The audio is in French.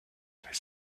avait